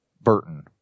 Burton